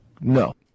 No